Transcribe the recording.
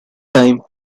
time